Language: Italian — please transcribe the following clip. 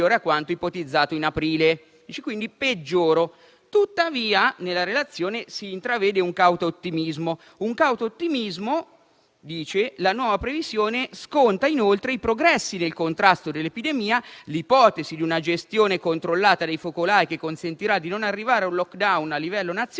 la previsione. Tuttavia, nella relazione si intravede un cauto ottimismo poiché dice che la nuova previsione sconta inoltre i progressi del contrasto dell'epidemia, l'ipotesi di una gestione controllata dei focolai che consentirà di non arrivare a un *lockdown* a livello nazionale,